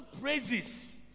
praises